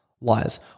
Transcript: lies